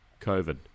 COVID